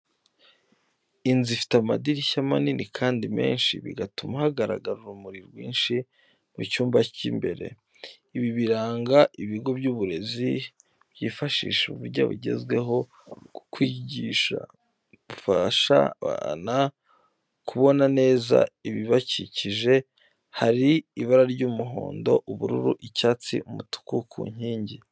Inzu ifite amadirishya manini kandi menshi, bigatuma hagaragara urumuri rwinshi mu byumba by'imbere. Ibi biranga ibigo by’uburezi byifashisha uburyo bugezweho bwo kwigisha, bufasha abana kubona neza ibibakikije. Hari ibara ry’umuhondo, ubururu, icyatsi n’umutuku ku nkingi.